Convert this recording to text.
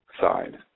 side